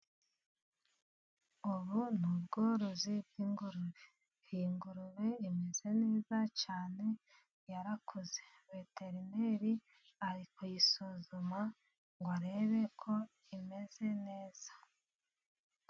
Ubu n'ubworozi bw'ingurube, iyi ngurube imeze neza cyane yarakuze veterineri ari kuyisuzuma ngo arebe ko imeze neza.